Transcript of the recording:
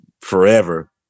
forever